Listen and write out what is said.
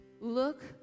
look